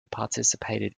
participated